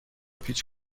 پیچ